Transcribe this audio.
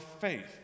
faith